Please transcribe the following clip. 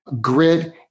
grid